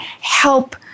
help